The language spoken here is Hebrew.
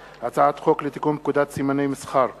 והצעת חוק לתיקון פקודת סימני מסחר (מס'